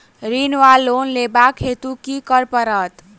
ऋण वा लोन लेबाक हेतु की करऽ पड़त?